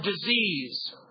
disease